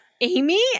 Amy